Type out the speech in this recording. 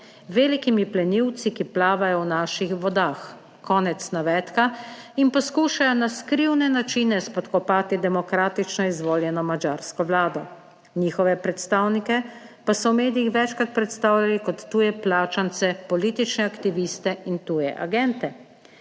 »Velikimi plenilci, ki plavajo v naših vodah«, konec navedka, in poskušajo na skrivne načine spodkopati demokratično izvoljeno madžarsko vlado, njihove predstavnike pa so v medijih večkrat predstavljali kot tuje plačance, politične aktiviste in tuje agente.